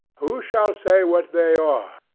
who shall say what they are,